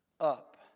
up